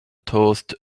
tossed